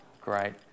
Great